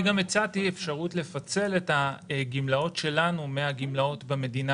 אני גם הצעתי אפשרות לפצל את הגמלאות שלנו מהגמלאות במדינה